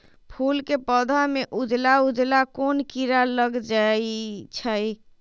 फूल के पौधा में उजला उजला कोन किरा लग जई छइ?